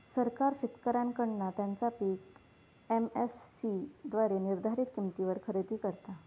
सरकार शेतकऱ्यांकडना त्यांचा पीक एम.एस.सी द्वारे निर्धारीत किंमतीवर खरेदी करता